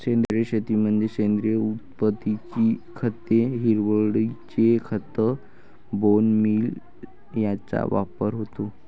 सेंद्रिय शेतीमध्ये सेंद्रिय उत्पत्तीची खते, हिरवळीचे खत, बोन मील यांचा वापर होतो